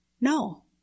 No